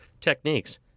techniques